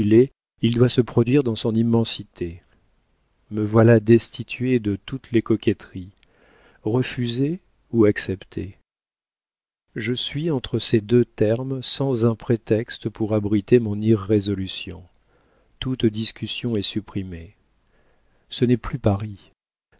il doit se produire dans son immensité me voilà destituée de toutes les coquetteries refuser ou accepter je suis entre ces deux termes sans un prétexte pour abriter mon irrésolution toute discussion est supprimée ce n'est plus paris